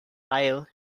aisle